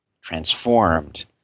transformed